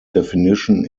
definition